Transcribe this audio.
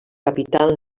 capital